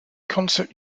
concert